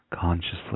Consciously